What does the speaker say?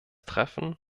treffen